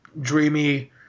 dreamy